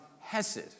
hesed